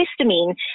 histamine